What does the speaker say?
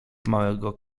małego